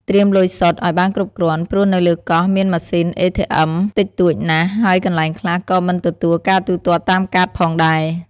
ត្រៀមលុយសុទ្ធ ឲ្យបានគ្រប់គ្រាន់ ព្រោះនៅលើកោះមានម៉ាស៊ីន អេធីអឹម តិចតួចណាស់ ហើយកន្លែងខ្លះក៏មិនទទួលការទូទាត់តាមកាតផងដែរ។